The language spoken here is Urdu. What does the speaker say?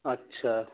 اچھا